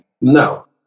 No